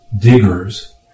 diggers